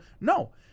No